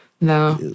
No